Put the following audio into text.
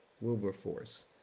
Wilberforce